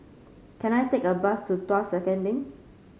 can I take a bus to Tuas Second Link